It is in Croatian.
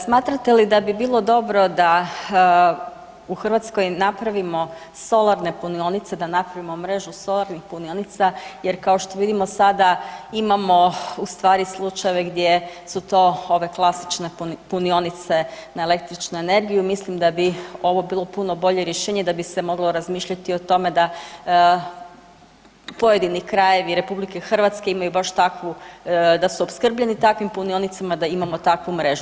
Smatrate li da bi bilo dobro da u Hrvatskoj napravimo solarne punionice, da napravimo mrežu solarnih punionica jer kao što vidimo sada imamo ustvari slučajeve gdje su to ove klasične punionice na električnu energiju i mislim da bi ovo bilo puno bolje rješenje da bi se moglo razmišljati o tome da pojedini krajevi RH imaju baš takvu, da su opskrbljeni takvim punionicama, da imamo takvu mrežu.